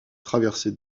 traversée